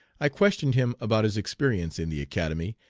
i questioned him about his experience in the academy,